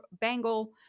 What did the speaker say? bangle